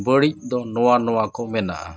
ᱵᱟᱹᱲᱤᱡ ᱫᱚ ᱱᱚᱣᱟ ᱱᱚᱣᱟ ᱠᱚ ᱢᱮᱱᱟᱜᱼᱟ